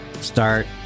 start